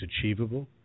achievable